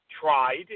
tried